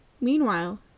Meanwhile